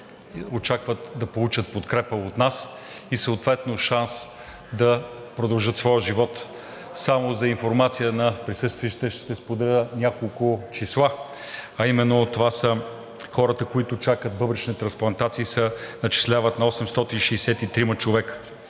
очакват да получат подкрепа от нас и съответно шанс да продължат своя живот. Само за информация на присъстващите ще споделя няколко числа, а именно това са хората, които чакат бъбречна трансплантация и наброяват 863 човека.